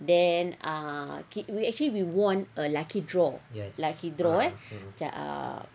then ah we we actually we won a lucky draw a lucky draw eh ah